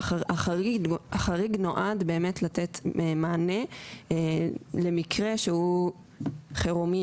שהחריג נועד באמת לתת מענה למקרה שהוא חירום,